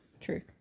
True